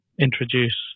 introduce